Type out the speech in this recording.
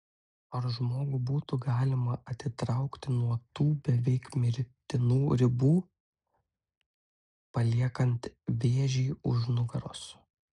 ar žmogų būtų galima atitraukti nuo tų beveik mirtinų ribų paliekant vėžį už nugaros